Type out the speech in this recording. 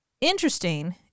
interesting